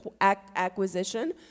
acquisition